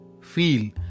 feel